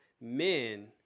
men